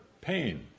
pain